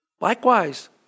Likewise